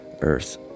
earth